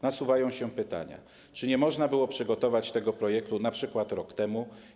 Nasuwają się pytania, czy nie można było przygotować tego projektu np. rok temu.